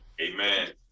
Amen